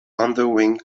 underwing